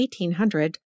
1800